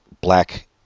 black